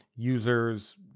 users